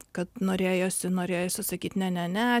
kad norėjosi norėjosi sakyt ne ne ne